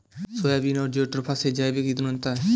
soybean और jatropha से जैविक ईंधन बनता है